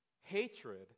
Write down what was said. hatred